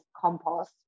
compost